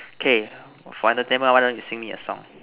K for entertainment why don't you sing me a song